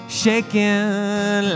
shaking